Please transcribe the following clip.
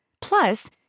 Plus